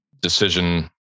decision